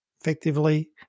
effectively